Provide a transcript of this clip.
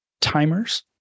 Timers